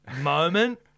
moment